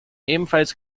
ebenfalls